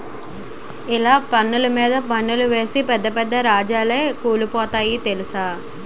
ఇలగ పన్నులు మీద పన్నులేసి పెద్ద పెద్ద రాజాలే కూలిపోనాయి తెలుసునా